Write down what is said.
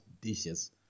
dishes